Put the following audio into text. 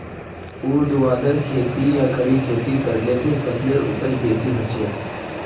ऊर्ध्वाधर खेती या खड़ी खेती करले स फसलेर उपज बेसी हछेक